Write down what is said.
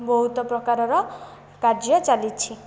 ବହୁତ ପ୍ରକାରର କାର୍ଯ୍ୟ ଚାଲିଛି